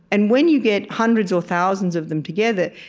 and when you get hundreds or thousands of them together,